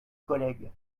collègue